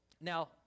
Now